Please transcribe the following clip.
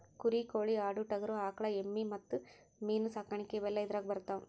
ಕುರಿ ಕೋಳಿ ಆಡು ಟಗರು ಆಕಳ ಎಮ್ಮಿ ಮತ್ತ ಮೇನ ಸಾಕಾಣಿಕೆ ಇವೆಲ್ಲ ಇದರಾಗ ಬರತಾವ